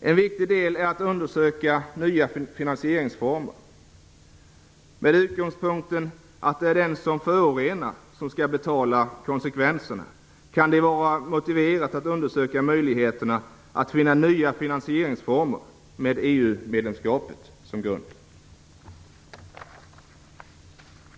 En viktig del är att undersöka nya finansieringsformer. Med utgångspunkten att det är den som förorenar som skall betala för konsekvenserna, kan det vara motiverat att undersöka möjligheterna att finna nya finansieringsformer med EU-medlemskapet som grund.